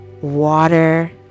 water